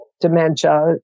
dementia